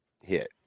hit